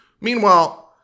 Meanwhile